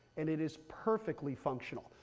and it is perfectly functional.